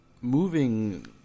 Moving